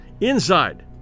inside